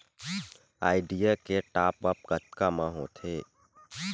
Idea के top आप कतका म होथे?